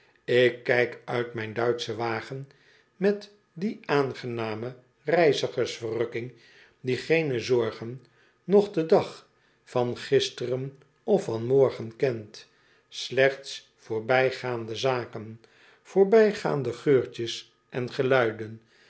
ik kijk uit mijn duitschen wagen met die aangename reizigers verrukking die geene zorgen noch den dag van gisteren of van morgen kent slechts voorbijgaande zaken voorbijgaande geurtjes en geluiden